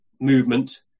movement